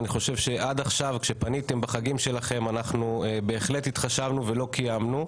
אני חושב שעד עכשיו כשפניתם בחגים שלכם אנחנו בהחלט התחשבנו ולא קיימנו.